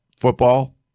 football